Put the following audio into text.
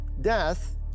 death